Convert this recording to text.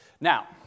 Now